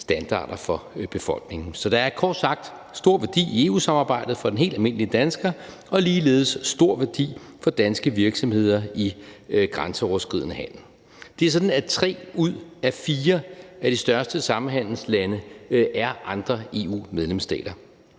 standarder for befolkningen. Så der er kort sagt stor værdi i EU-samarbejdet for den helt almindelige dansker og ligeledes stor værdi for danske virksomheder i grænseoverskridende handel. Det er sådan, at tre ud af fire af de største samhandelslande er andre EU-medlemsstater,